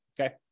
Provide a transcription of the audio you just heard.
okay